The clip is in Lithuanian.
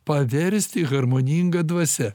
paversti harmoninga dvasia